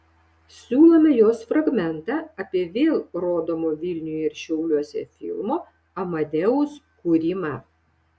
siūlome jos fragmentą apie vėl rodomo vilniuje ir šiauliuose filmo amadeus kūrimą